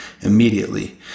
immediately